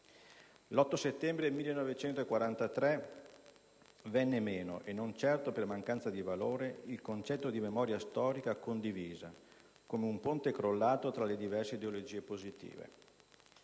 L'8 settembre 1943 venne meno, e certo non per mancanza di valore, il concetto di memoria storica condivisa, come un ponte crollato tra le diverse ideologie positive.